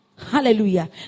Hallelujah